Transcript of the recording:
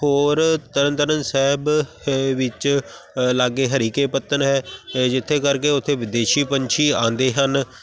ਹੋਰ ਤਰਨ ਤਾਰਨ ਸਾਹਿਬ ਵਿੱਚ ਲਾਗੇ ਹਰੀਕੇ ਪੱਤਣ ਹੈ ਜਿੱਥੇ ਕਰਕੇ ਉੱਥੇ ਵਿਦੇਸ਼ੀ ਪੰਛੀ ਆਉਂਦੇ ਹਨ